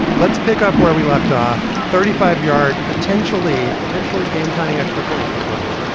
let's pick up where we left off. thirty five yard potentially potentially game tying extra point let's watch it